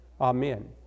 Amen